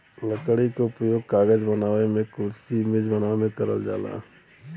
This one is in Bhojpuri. लकड़ी क उपयोग कागज बनावे मेंकुरसी मेज बनावे में करल जाला